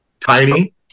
tiny